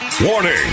Warning